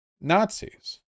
Nazis